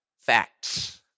facts